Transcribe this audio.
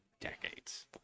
decades